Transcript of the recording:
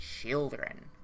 children